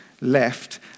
left